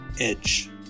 edge